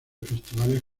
festivales